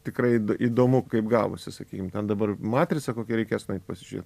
tikrai įdomu kaip gavosi sakykim ten dabar matricą kokią reikės nueit pasižiūrėt